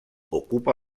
ocupa